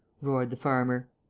roared the farmer.